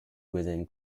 within